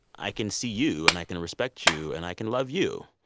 i can see you, and i can respect you, and i can love you.